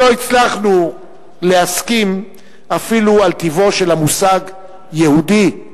לא הצלחנו להסכים אפילו על טיבו של המושג "יהודי",